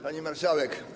Pani Marszałek!